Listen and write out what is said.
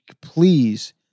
please